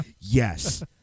Yes